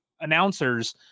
announcers